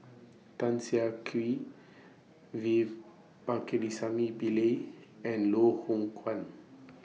Tan Siah Kwee V Pakirisamy Pillai and Loh Hoong Kwan